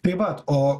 tai vat o